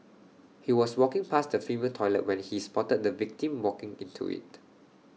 he was walking past the female toilet when he spotted the victim walking into IT